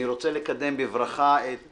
אני רוצה לקדם בברכה את